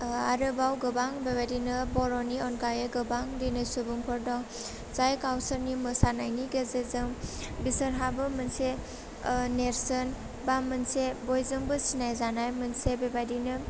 ओह आरोबाव गोबां बेबायदिनो बर'नि अनगायै गोबां दिनै सुबुंफोर दं जाय गावसोरनि मोसानायनि गेजेरजों बिसोरहाबो मोनसे ओह नेर्सोन बा मोनसे बयजोंबो सिनाय जानाय मोनसे बेबायदिनो